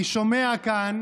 אני שומע כאן